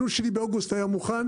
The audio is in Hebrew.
הלול שלי באוגוסט היה מוכן,